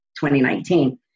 2019